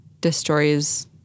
destroys